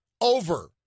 Over